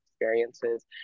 experiences